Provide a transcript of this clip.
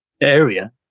area